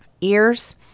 ears